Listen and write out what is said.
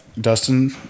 Dustin